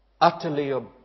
utterly